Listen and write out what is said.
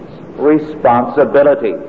responsibility